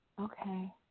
Okay